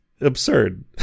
Absurd